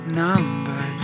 number